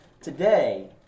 today